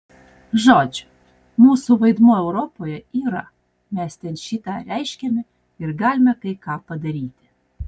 žodžiu mūsų vaidmuo europoje yra mes ten šį tą reiškiame ir galime kai ką padaryti